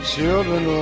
Children